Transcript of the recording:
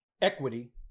equity